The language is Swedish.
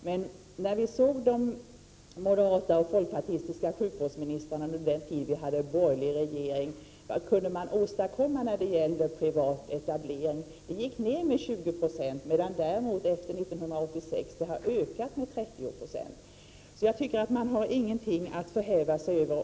Men de moderata och folkpartistiska jukvårdsministrarna under den tid då vi hade borgerlig regering — vad kunde de åstadkomma när det gäller privat etablering? Den etableringen gick ned med 20 26, medan den däremot efter 1986 har ökat med 30 96, så jag tycker att man inte har någonting att förhäva sig över.